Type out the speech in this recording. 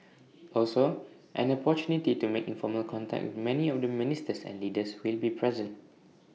also an opportunity to make informal contact with many of the ministers and leaders who will be present